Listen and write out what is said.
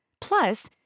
Plus